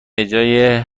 اجرای